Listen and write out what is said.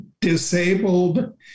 disabled